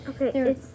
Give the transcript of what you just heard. Okay